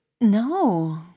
No